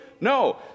No